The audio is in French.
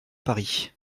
paris